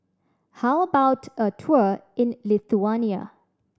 how about a tour in Lithuania